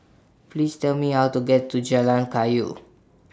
Please Tell Me How to get to Jalan Kayu